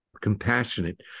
compassionate